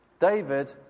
David